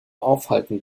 aufhalten